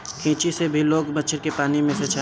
खांची से भी लोग मछरी के पानी में से छान लेला